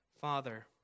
Father